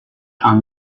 and